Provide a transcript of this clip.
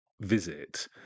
visit